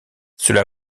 cela